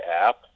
app